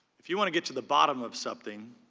if you want to get to the bottom of something,